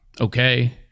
okay